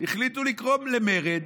החליטו לגרום למרד,